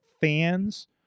fans